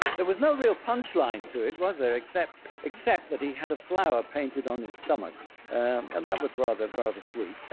there was no real punchline to it was there? except except that he had a flower painted on his stomach and that was rather rather sweet